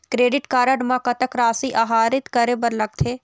Credit card म कतक राशि आहरित करे बर लगथे?